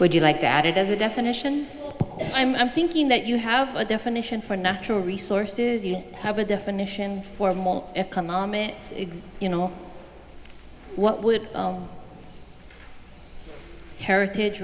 would you like to add it as a definition i'm thinking that you have a definition for natural resources you have a definition for more economic you know what would heritage